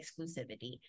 exclusivity